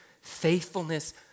Faithfulness